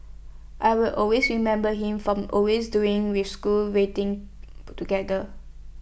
I will always remember him from always doing with school rating altogether